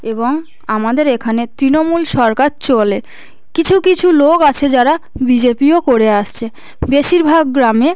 এবং আমাদের এখানে তৃণমূল সরকার চলে কিছু কিছু লোক আছে যারা বিজেপিও করে আসছে বেশিরভাগ গ্রামে